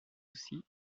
aussi